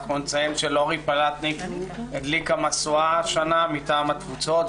אנחנו נציין שלורי פלטניק הדליקה משואה השנה מטעם התפוצות.